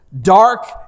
dark